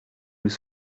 nous